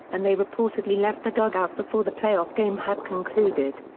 and they reportedly left the dugout before the playoff game had concluded.